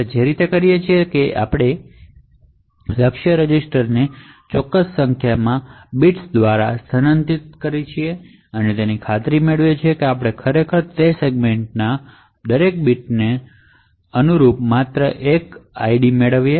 આપણે જે રીતે કરીએ છીએ તે છે કે આપણે ટાર્ગેટ રજિસ્ટરને અમુક બિટ્સ દ્વારા સ્થાનાંતરિત કરીએ છીએ તે ખાતરી કરવા માટે કે આપણે તે સેગમેન્ટના હાઇ બિટ્સને અનુરૂપ માત્ર એક યુનિક ID મેળવી શકીએ